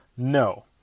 No